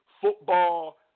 football